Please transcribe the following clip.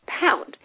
pound